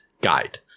guide